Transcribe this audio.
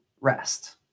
rest